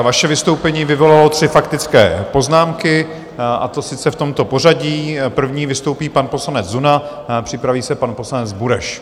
Vaše vystoupení vyvolalo tři faktické poznámky, a to v tomto pořadí: první vystoupí pan poslanec Zuna, připraví se pan poslanec Bureš.